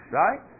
right